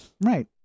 Right